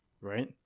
right